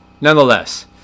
nonetheless